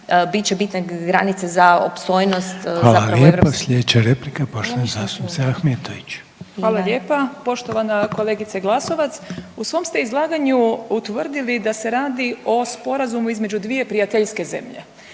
bitne granice za opstojnost. **Reiner, Željko (HDZ)** Hvala lijepa, sljedeća replika poštovane zastupnice Ahmetović. **Ahmetović, Mirela (SDP)** Hvala lijepa. Poštovana kolegice Glasovac, u svom ste izlaganju utvrdili da se radi o sporazumu između dvije prijateljske zemlje,